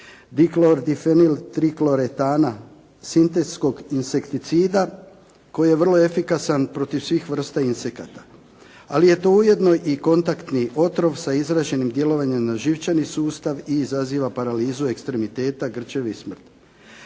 diklordifenil drikloretana sintetskog insekticida koji je vrlo efikasan protiv svih vrsta insekata. Ali je to ujedno i kontaktni otrov sa izraženim djelovanjem na živčani sustav i izaziva paralizu ekstremiteta, grčeve i smrt.